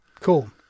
Cool